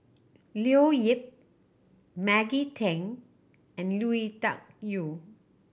Leo Yip Maggie Teng and Lui Tuck Yew